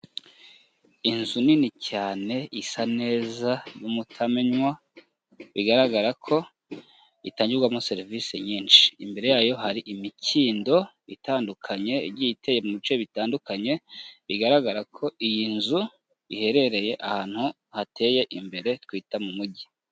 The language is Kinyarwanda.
Inzu nini cyane isa neza y'umutamenwa, bigaragara ko itangirwamo serivise nyinshi, imbere yayo hari imikindo itandukanye igiye iteye mu bice bitandukanye bigaragara ko iyi nzu iherereye ahantu hateye imbere twita mu mujyi.